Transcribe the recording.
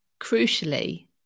crucially